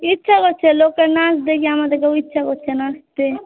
ইচ্ছা করছে লোকের নাচ দেখে আমাদেরকেও ইচ্ছা করছে নাচতে